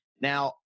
Now